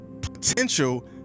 potential